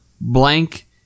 blank